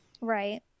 Right